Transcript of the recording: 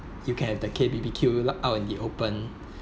you can have the K B_B_Q like out in the open